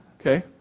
Okay